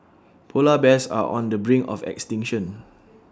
Polar Bears are on the brink of extinction